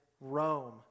Rome